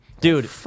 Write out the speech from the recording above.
Dude